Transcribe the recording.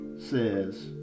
says